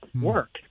Work